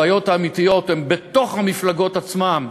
הבעיות האמיתיות הן בתוך המפלגות עצמן,